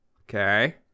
Okay